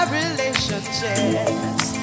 relationships